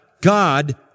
God